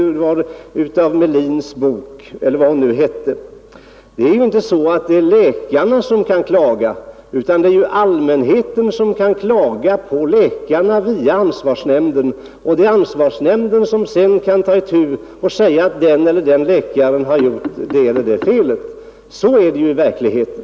Det är inte läkarna som kan klaga hos ansvarsnämnden, utan 12 april 1972 det är allmänheten som kan klaga på läkarna, och ansvarsnämnden kan sedan säga att en läkare har gjort det eller det felet. Så är det i verkligheten.